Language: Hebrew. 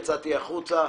יצאתי החוצה,